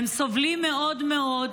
הם סובלים מאוד מאוד,